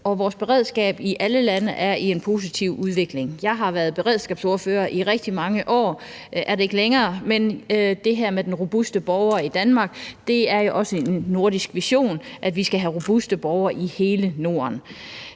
vores beredskab i alle lande er i en positiv udvikling. Jeg har været beredskabsordfører i rigtig mange år. Jeg er det ikke længere, men i forhold til det her med den robuste borger i Danmark er det jo også en nordisk vision, at vi skal have robuste borgere i hele Norden.